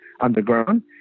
underground